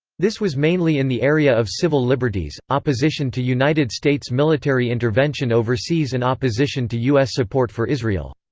this was mainly in the area of civil liberties, opposition to united states military intervention overseas and opposition to us support for israel.